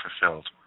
fulfilled